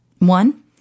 One